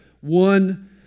one